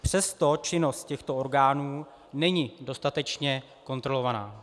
Přesto činnost těchto orgánů není dostatečně kontrolovaná.